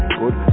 good